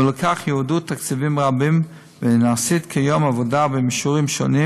ולכך יועדו תקציבים רבים ונעשית כיום עבודה במישורים שונים